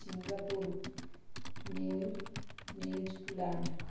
Singapore New Zealand